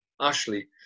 Ashley